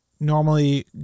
normally